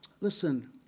listen